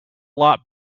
lot